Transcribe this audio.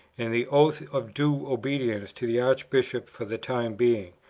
and the oath of due obedience to the archbishop for the time being.